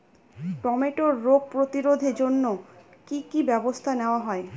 টমেটোর রোগ প্রতিরোধে জন্য কি কী ব্যবস্থা নেওয়া হয়?